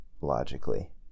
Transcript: logically